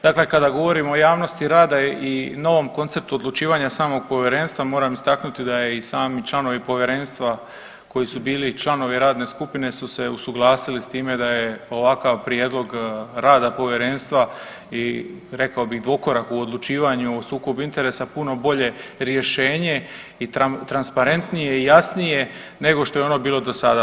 Dakle kada govorimo o javnosti rada i novom konceptu odlučivanja samog Povjerenstva, moram istaknuti da je i sami članovi Povjerenstva koji su bili članovi radne skupine su se usuglasili s time da je ovakav prijedlog rada Povjerenstva i rekao bih, dvokorak u odlučivanju o sukobu interesa puno bolje rješenje i transparentnije, jasnije nego što je ono bilo do sada.